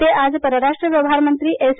ते आज परराष्ट्र व्यवहार मंत्री एस